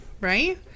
right